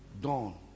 dawn